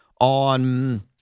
on